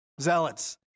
Zealots